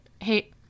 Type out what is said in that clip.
Hey